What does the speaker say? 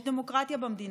יש דמוקרטיה במדינה,